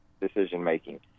decision-making